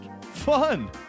Fun